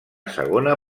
segona